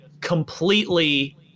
completely